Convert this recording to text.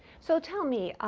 so tell me,